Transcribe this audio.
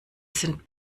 sind